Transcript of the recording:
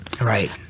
Right